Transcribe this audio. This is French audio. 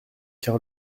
car